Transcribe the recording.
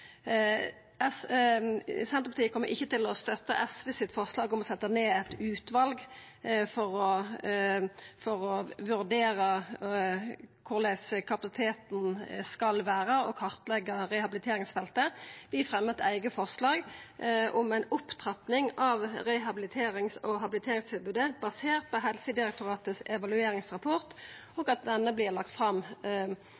Senterpartiet kjem ikkje til å støtta SVs forslag om å setja ned eit utval for å vurdera korleis kapasiteten skal vera, og kartleggja rehabiliteringsfeltet. Vi fremjar eit eige forslag om ei opptrapping av rehabiliterings- og habiliteringstilbodet basert på Helsedirektoratets evalueringsrapport